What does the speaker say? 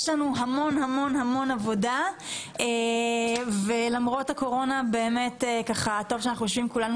יש לנו המון המון עבודה ולמרות הקורונה טוב שאנחנו יושבים כולנו